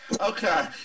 Okay